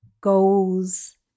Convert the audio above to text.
goals